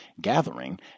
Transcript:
gathering